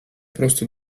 prostu